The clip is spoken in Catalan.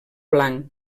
blanc